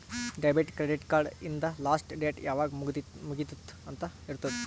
debit, credit card ಹಿಂದ್ last date ಯಾವಾಗ್ ಮುಗಿತ್ತುದ್ ಅಂತ್ ಇರ್ತುದ್